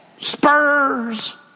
spurs